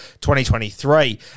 2023